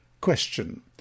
Question